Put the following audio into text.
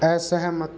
असहमत